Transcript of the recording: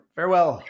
Farewell